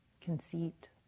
conceit